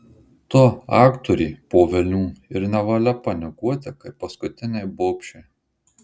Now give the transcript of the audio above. tu aktorė po velnių ir nevalia panikuoti kaip paskutinei bobšei